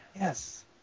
yes